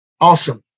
Awesome